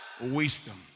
Wisdom